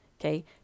okay